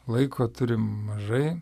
laiko turim mažai